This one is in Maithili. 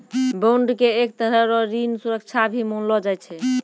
बांड के एक तरह रो ऋण सुरक्षा भी मानलो जाय छै